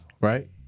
right